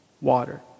water